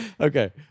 okay